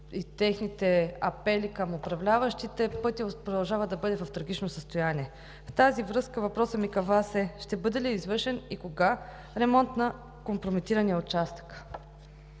подписи и апели към управляващите, пътят продължава да бъде в трагично състояние. В тази връзка въпросът ми към Вас е: ще бъде ли извършен и кога ремонт на компрометирания участък?